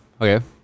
Okay